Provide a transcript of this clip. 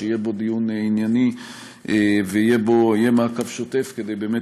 שיהיה דיון ענייני ויהיה מעקב שוטף כדי באמת